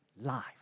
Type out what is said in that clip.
life